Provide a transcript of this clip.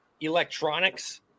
electronics